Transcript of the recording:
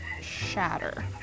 Shatter